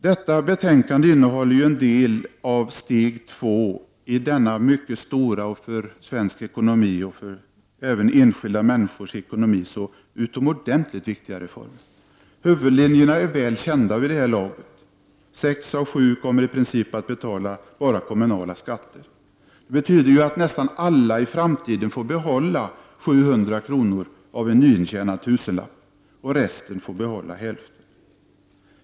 Det aktuella betänkandet innehåller ju delar av steg 2 i denna mycket stora och för svensk ekonomi och enskilda människors ekonomi så utomordentligt viktiga reform. Huvudlinjerna är väl kända vid det här laget. Sex av sju inkomsttagare kommer i princip att bara betala kommunala skatter. Det betyder att nästan alla i framtiden får behålla 700 kr. av varje nyintjänad tusenlapp. Övriga får behålla hälften.